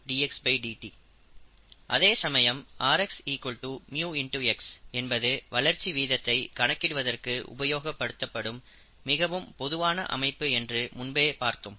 அதே சமயம் rx µx என்பது வளர்ச்சி வீதத்தை கணக்கிடுவதற்கு உபயோகப்படுத்தும் மிகவும் பொதுவான அமைப்பு என்று முன்பே பார்த்தோம்